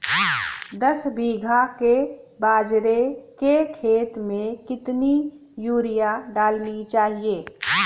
दस बीघा के बाजरे के खेत में कितनी यूरिया डालनी चाहिए?